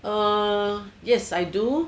err yes I do